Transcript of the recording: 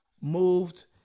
moved